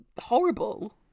horrible